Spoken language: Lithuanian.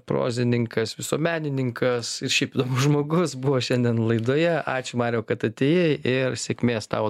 prozininkas visuomenininkas ir šiaip įdomus žmogus buvo šiandien laidoje ačiū mariau kad atėjai ir sėkmės tavo